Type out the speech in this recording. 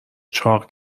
چاق